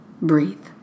Breathe